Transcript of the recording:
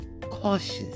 cautious